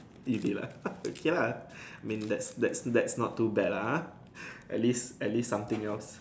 you did lah okay lah means that's that's that's not too bad lah at least at least something else